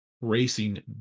racing